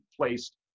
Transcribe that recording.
placed